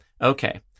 Okay